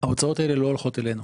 ההוצאות האלה לא הולכות אלינו,